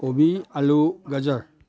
ꯀꯣꯕꯤ ꯑꯥꯜꯂꯨ ꯒꯥꯖꯔ